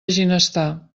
ginestar